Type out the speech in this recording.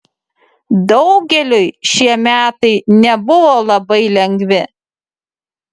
daugeliui šie metai nebuvo labai lengvi